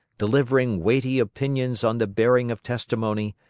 delivering weighty opinions on the bearing of testimony,